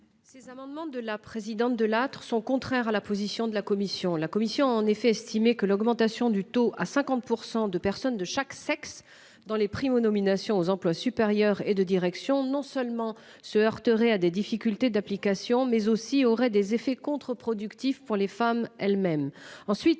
Ces amendements de la présidente de Lattre sont contraires à la position de la Commission, la commission a en effet estimé que l'augmentation du taux à 50% de personnes de chaque sexe dans les primo-nominations aux emplois supérieurs et de direction non seulement se heurterait à des difficultés d'application mais aussi aurait des effets contre-productifs pour les femmes elles-mêmes